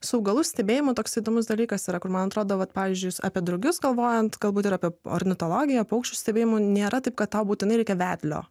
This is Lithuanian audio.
su augalų stebėjimu toks įdomus dalykas yra kur man atrodo va pavyzdžiui apie drugius kovojant galbūt ir apie ornitologiją paukščių stebėjimo nėra taip kad tau būtinai reikia vedlio